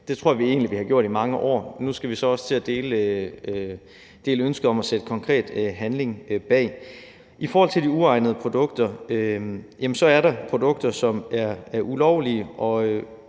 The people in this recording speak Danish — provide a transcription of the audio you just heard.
Det tror jeg egentlig vi har gjort i mange år. Nu skal vi så også til at dele ønsket om at sætte konkret handling bag. I forhold til de uegnede produkter: Der er produkter, som er ulovlige, og